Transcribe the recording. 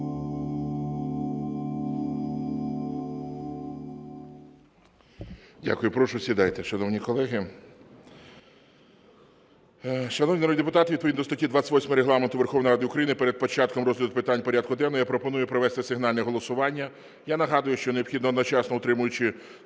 Дякую. Прошу сідайте, шановні колеги. Шановні народні депутати, відповідно до статті 28 Регламенту Верховної Ради України перед початком розгляду питань порядку денного я пропоную провести сигнальне голосування. Я нагадую, що необхідно одночасно утримувати